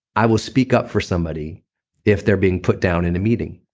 i will speak up for somebody if they're being put down in a meeting.